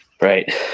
right